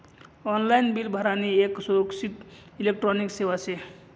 online bill भरानी येक सुरक्षित इलेक्ट्रॉनिक सेवा शे